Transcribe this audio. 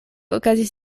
okazis